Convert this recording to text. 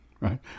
right